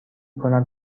کنم